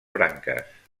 branques